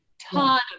ton